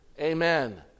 Amen